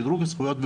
שדרוג זכויות,